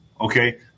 okay